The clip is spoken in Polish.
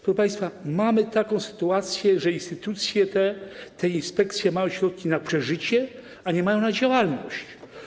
Proszę państwa, mamy taką sytuację, że te instytucje, te inspekcje mają środki na przeżycie, a nie mają na działalność.